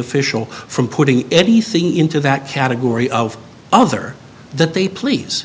official from putting anything into that category of other that they please